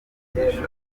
kutwigisha